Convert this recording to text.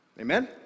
Amen